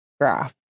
graph